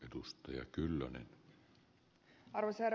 arvoisa herra puhemies